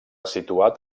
situat